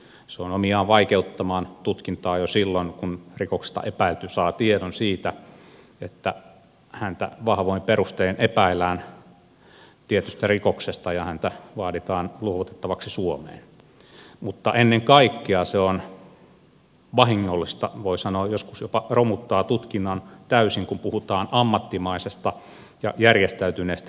se on omiaan vaikeuttamaan tutkintaa jo silloin kun rikoksesta epäilty saa tiedon siitä että häntä vahvoin perustein epäillään tietystä rikoksesta ja häntä vaaditaan luovutettavaksi suomeen mutta ennen kaikkea se on vahingollista ja voi sanoa joskus jopa romuttaa tutkinnan täysin kun puhutaan ammattimaisesta ja järjestäytyneestä rikollisuudesta